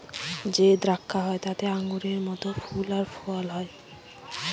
যে দ্রাক্ষা হয় তাতে আঙুরের মত ফল আর ফুল হয়